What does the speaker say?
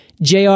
JR